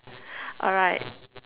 alright